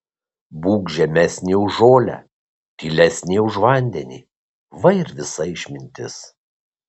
būk žemesnė už žolę tylesnė už vandenį va ir visa išmintis